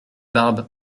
barbe